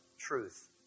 truth